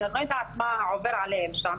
שאני לא יודעת מה עובר עליהם שם,